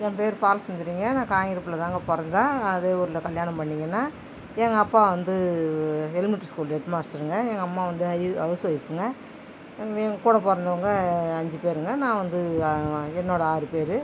என் பேரு பாலசுந்தரிங்க நான் காங்கிருப்புலதாங்க பிறந்தேன் நான் அதே ஊரில் கல்யாணம் பண்ணிக்கினேன் எங்கள் அப்பா வந்து எலிமெண்ட்ரி ஸ்கூல் ஹெட்மாஸ்ட்டருங்க எங்கள் அம்மா வந்து ஹவுஸ்ஒய்ஃபுங்க என் கூட பிறந்தவுங்க அஞ்சு பேருங்க நான் வந்து என்னோட ஆறு பேர்